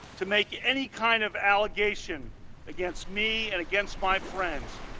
to make any kind of allegation against me, and against my friends.